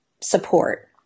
support